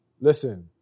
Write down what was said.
Listen